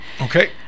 okay